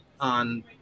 on